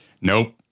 Nope